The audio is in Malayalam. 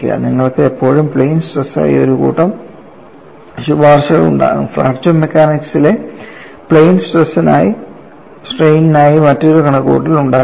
നിങ്ങൾക്ക് എപ്പോഴും പ്ലെയിൻ സ്ട്രെസ്നായി ഒരു കൂട്ടം ശുപാർശകൾ ഉണ്ടാകും ഫ്രാക്ചർ മെക്കാനിക്സിലെ പ്ലെയിൻ സ്ട്രെയിനായി മറ്റൊരു കണക്കുകൂട്ടൽ ഉണ്ടായിരിക്കും